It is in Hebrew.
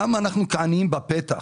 למה אנחנו עומדים כעניים בפתח?